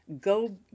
go